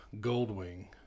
Goldwing